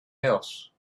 else